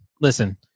Listen